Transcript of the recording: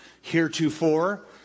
heretofore